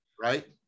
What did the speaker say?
Right